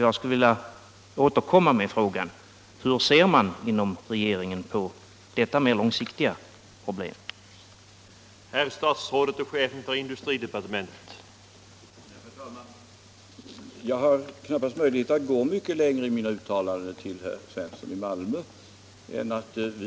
Jag skulle vilja återkomma med frågan: Hur ser man inom regeringen på detta mer långsiktiga problem?